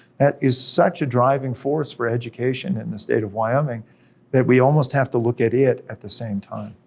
that is such a driving force for education in the state of wyoming that we almost have to look at it at the same time.